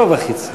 רוב החצים.